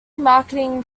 marketing